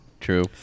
True